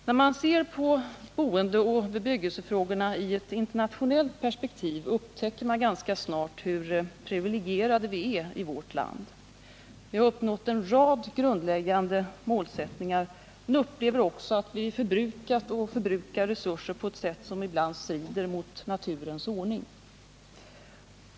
När man ser på boendeoch bebyggelsefrågorna i ett internationellt perspektiv upptäcker man ganska snart hur privilegierade vi är i vårt land. Vi har uppnått en rad grundläggande målsättningar men upplever också att vi förbrukat och förbrukar resurser på ett sätt som ibland strider mot naturens ordning.